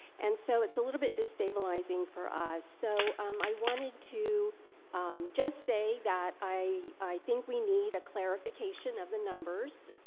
and so it's a little bit destabilizing for us so um i wanted to just say that i i think we need a clarification of the numbers